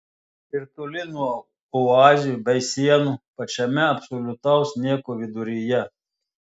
ir toli nuo oazių bei sienų pačiame absoliutaus nieko viduryje